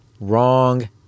Wrong